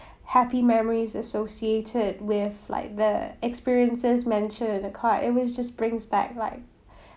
happy memories associated with like the experiences mentioned in the card it always just brings back like